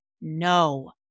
no